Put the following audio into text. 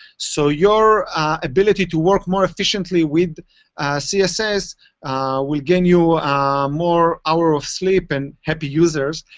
so your ability to work more efficiently with css will gain you more hour of sleep and happy users.